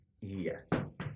yes